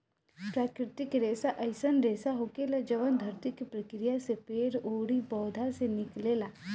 प्राकृतिक रेसा अईसन रेसा होखेला जवन धरती के प्रक्रिया से पेड़ ओरी पौधा से निकलेला